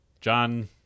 John